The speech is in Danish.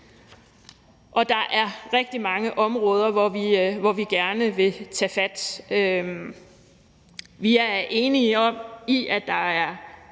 og der er rigtig mange områder, hvor vi gerne vil tage fat. Vi er enige i, at der er